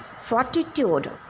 fortitude